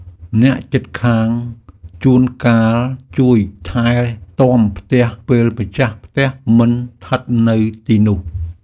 អ្នកជិតខាងជួនកាលជួយថែទាំផ្ទះពេលម្ចាស់ផ្ទះមិនស្ថិតនៅទីនោះ។